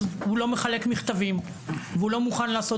אז הוא לא מחלק מכתבים והוא לא מוכן לעשות